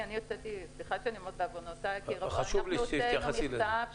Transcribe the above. חשוב לי שתתייחסי לזה.